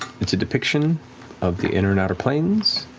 it's a depiction of the inner and outer planes,